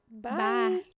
Bye